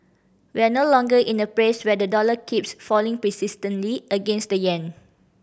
we're no longer in a phase where the dollar keeps falling persistently against the yen